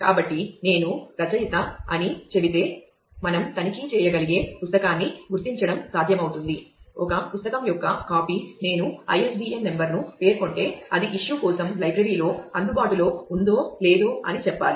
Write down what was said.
కాబట్టి నేను రచయిత అని చెబితే మనం తనిఖీ చేయగలిగే పుస్తకాన్ని గుర్తించడం సాధ్యమవుతుంది ఒక పుస్తకం యొక్క కాపీ నేను ISBN నంబర్ను పేర్కొంటే అది ఇష్యూ కోసం లైబ్రరీలో అందుబాటులో ఉందో లేదో అని చెప్పాలి